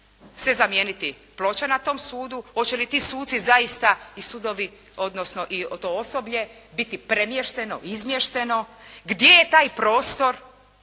se zamijeniti ploča na tom sudu, hoće li ti suci zaista i sudovi odnosno to osoblje biti premješteno, izmješteno? Gdje je taj prostor?